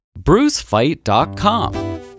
BruceFight.com